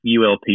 ULP